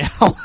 now